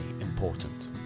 important